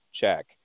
Check